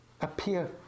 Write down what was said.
appear